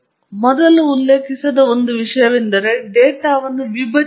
ನಾನು ಮೊದಲು ಉಲ್ಲೇಖಿಸದ ಒಂದು ವಿಷಯವೆಂದರೆ ಡೇಟಾವನ್ನು ವಿಭಜಿಸುವುದು